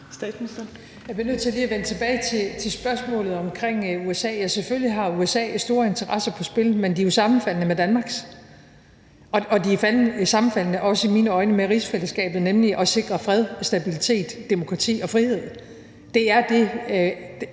Jeg bliver nødt til lige at vende tilbage til spørgsmålet omkring USA. Ja, selvfølgelig har USA store interesser på spil, men de er jo sammenfaldende med Danmarks. Og de er i mine øjne også sammenfaldende med rigsfællesskabets interesser, nemlig at sikre fred, stabilitet, demokrati og frihed. Det er den